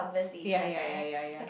ya ya ya ya ya